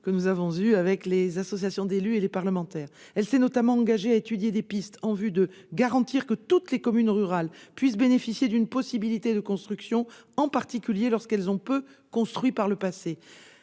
que nous avons eues avec les associations d'élus et les parlementaires. Elle s'est notamment engagée à étudier des pistes en vue de garantir que toutes les communes rurales puissent bénéficier de possibilités de construction, en particulier lorsqu'elles ont peu construit par le passé.